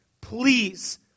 please